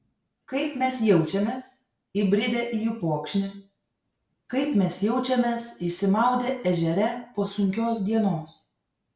kaip mes jaučiamės įbridę į upokšnį kaip mes jaučiamės išsimaudę ežere po sunkios dienos